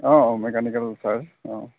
অঁ mechanical charge অঁ